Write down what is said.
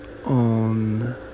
on